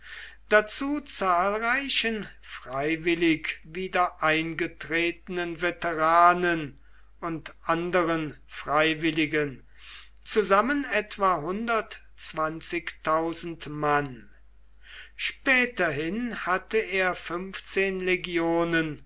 dazu zahlreichen freiwillig wieder eingetretenen veteranen und anderen freiwilligen zusammen etwa mann späterhin hatte er fünfzehn legionen